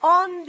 on